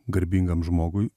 garbingam žmogui